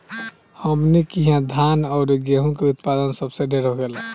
हमनी किहा धान अउरी गेंहू के उत्पदान सबसे ढेर होखेला